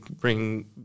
bring